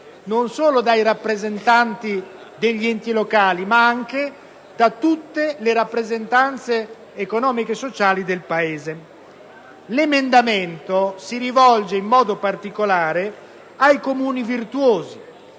noi e dai rappresentanti degli enti locali ma anche da tutte le rappresentanze economico-sociali del Paese. L'emendamento 1.0.5 si rivolge in modo particolare ai Comuni virtuosi,